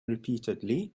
repeatedly